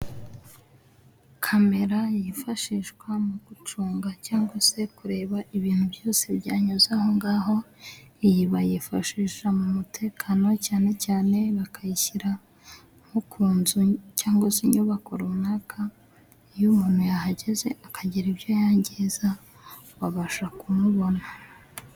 Kamera yifashishwa mu gucunga cyangwa se kureba ibintu byose byanyuze aho ngaho. Iyi bayifashisha mu mutekano cyane cyane bakayishyira nko ku nzu cyangwa se inyubako runaka, iyo umuntu yahageze akagira ibyo yangiza, babasha kumubona.